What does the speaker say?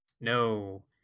No